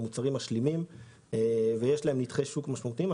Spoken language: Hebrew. מוצרים משלימים ויש לשחקנים אלו נתחי שוק משלימים.